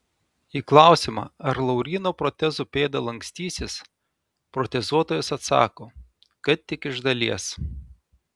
į klausimą ar lauryno protezų pėda lankstysis protezuotojas atsako kad tik iš dalies